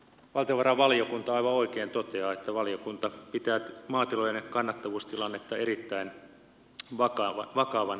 valtiovarainvaliokunta aivan oikein toteaa että valiokunta pitää maatilojen kannattavuustilannetta erittäin vakavana